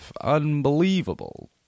Unbelievable